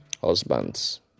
husbands